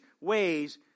ways